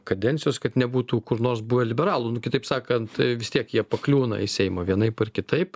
kadencijos kad nebūtų kur nors buvę liberalų nu kitaip sakant vis tiek jie pakliūna į seimą vienaip ar kitaip